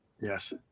Yes